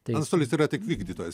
antstolis yra tik vykdytojas